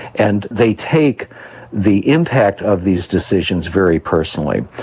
and they take the impact of these decisions very personally.